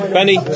Benny